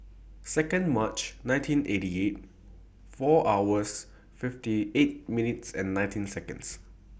Second March nineteen eighty eight four hours fifty eight minutes and nineteen Seconds